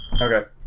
Okay